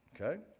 okay